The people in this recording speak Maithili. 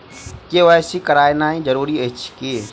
के.वाई.सी करानाइ जरूरी अछि की?